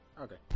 Okay